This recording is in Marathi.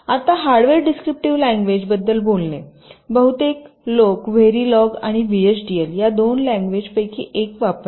आता हार्डवेअर डिस्क्रिप्टिव्ह लँग्वेज बद्दल बोलणे बहुतेक लोक व्हॅरिलॉग आणि व्हीएचडीएल या दोन लँग्वेजपैकी एक वापरतात